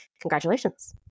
Congratulations